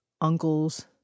uncles